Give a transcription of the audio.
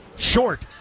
short